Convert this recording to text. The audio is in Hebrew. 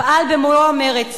פעל במלוא המרץ